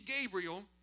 Gabriel